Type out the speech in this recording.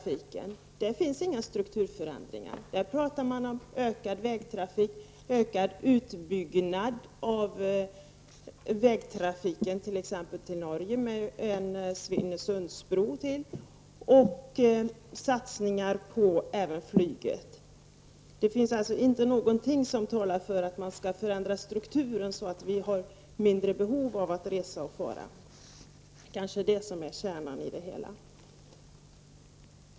Dessa innehåller inga strukturförändringar, utan där talar man om ökad vägtrafik och ökad utbyggnad av vägtrafiken till Norge genom ytterligare en Svinesundsbro. Det talas även om satsningar på flyget. Det är alltså inte någonting som talar för att man vill förändra strukturen så att vi får mindre behov av att resa och fara. Det är kanske det som är kärnan i det hela.